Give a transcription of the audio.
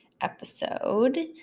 episode